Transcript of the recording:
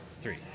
three